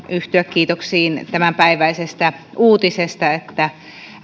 yhtyä kiitoksiin tämänpäiväisestä uutisesta että